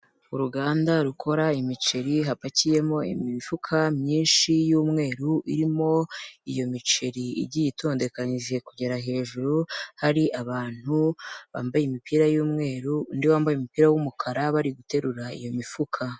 Uruganda rukora imiceri hapakiyemo imifuka myinshi y'umweru irimo iyo miceri igiye itondekanyije kugera hejuru, hari abantu bambaye imipira y'umweru, undi wambaye umupira w'umukara, bari guterura iyo mifuka.